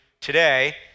today